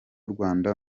rwanda